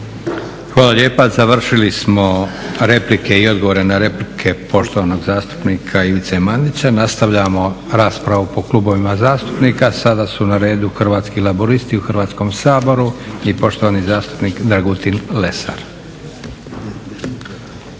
Hvala lijepa. Završili smo replike i odgovore na replike poštovanog zastupnika Ivice Mandića. Nastavljamo raspravu po klubovima zastupnika. Sada su na redu Hrvatski laburisti u Hrvatskom saboru i poštovani zastupnik Dragutin Lesar. **Lesar,